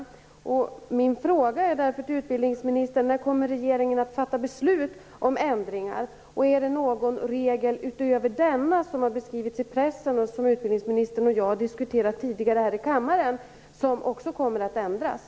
Min fråga till utbildningsministern är därför: När kommer regeringen att fatta beslut om ändringar? Är det någon regel utöver den som har beskrivits i pressen och som utbildningsministern och jag har diskuterat tidigare här i kammaren som också kommer att ändras?